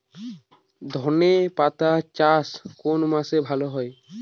ধনেপাতার চাষ কোন মাসে ভালো হয়?